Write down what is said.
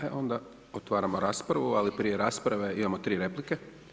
E onda otvaramo raspravu ali prije rasprave imamo tri replike.